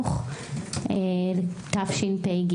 הקרובה, התשפ"ג,